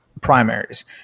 primaries